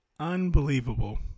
Unbelievable